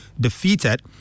defeated